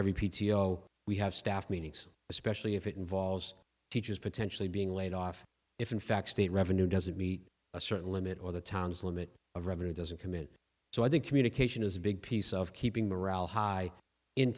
every p t o we have staff meetings especially if it involves teachers potentially being laid off if in fact state revenue doesn't meet a certain limit or the town's limit of revenue doesn't commit so i think communication is a big piece of keeping morale high in